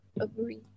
agree